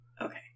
Okay